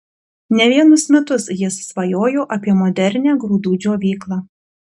ne vienus metus jis svajojo apie modernią grūdų džiovyklą